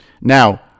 Now